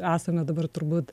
esame dabar turbūt